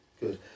good